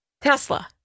Tesla